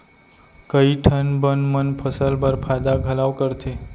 कई ठन बन मन फसल बर फायदा घलौ करथे